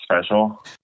special